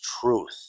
truth